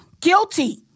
guilty